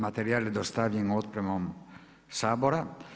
Materijal je dostavljen otpremom Sabora.